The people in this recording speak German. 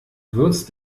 würzt